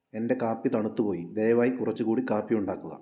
എൻ്റെ കാപ്പി തണുത്ത് പോയി ദയവായി കുറച്ചുകൂടി കാപ്പി ഉണ്ടാക്കുക